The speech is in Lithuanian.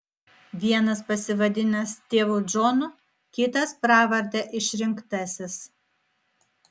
vienas pasivadinęs tėvu džonu kitas pravarde išrinktasis